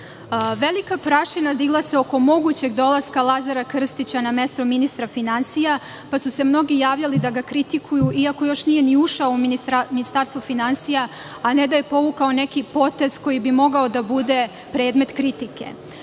vodili. Velika prašina digla se oko mogućeg dolaska Lazara Krstića na mesto ministra finansija, pa su se mnogi javljali da ga kritikuju, iako još nije ni ušao u Ministarstvo finansija, a ne da je povukao neki potez koji bi mogao da bude predmet kritike.